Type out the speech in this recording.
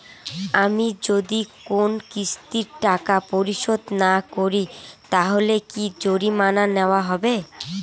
আমি যদি কোন কিস্তির টাকা পরিশোধ না করি তাহলে কি জরিমানা নেওয়া হবে?